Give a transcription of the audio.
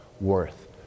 worth